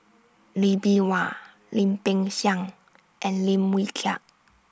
Lee Bee Wah Lim Peng Siang and Lim Wee Kiak